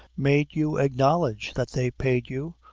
made you acknowledge that they paid you,